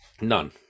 none